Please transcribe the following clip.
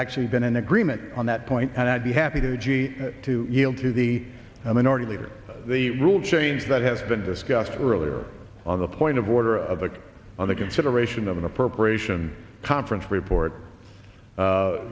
actually been an agreement on that point and i'd be happy to gie to yield to the minority leader the rule change that has been discussed earlier on the point of order of the on the consideration of an appropriation conference report